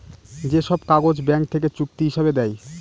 যে সব কাগজ ব্যাঙ্ক থেকে চুক্তি হিসাবে দেয়